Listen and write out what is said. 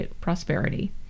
prosperity